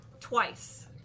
Twice